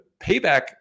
payback